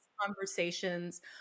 conversations